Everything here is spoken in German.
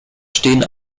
stehen